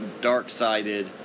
dark-sided